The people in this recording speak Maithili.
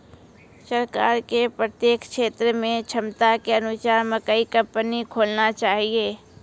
सरकार के प्रत्येक क्षेत्र मे क्षमता के अनुसार मकई कंपनी खोलना चाहिए?